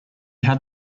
had